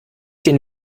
den